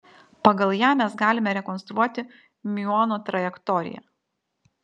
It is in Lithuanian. pagal ją mes galime rekonstruoti miuono trajektoriją